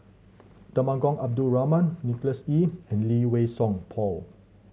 Temenggong Abdul Rahman Nicholas Ee and Lee Wei Song Paul